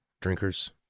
drinkers